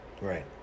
Right